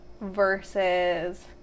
versus